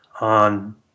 on